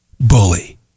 bully